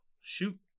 Shoot